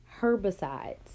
herbicides